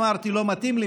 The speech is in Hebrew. אמרתי: לא מתאים לי,